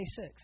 26